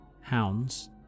Hounds